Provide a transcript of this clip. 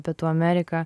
pietų amerika